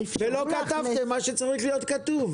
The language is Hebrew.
ולא כתבתם מה שצריך להיות כתוב.